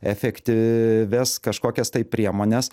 efektyvias kažkokias tai priemones